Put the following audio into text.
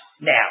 now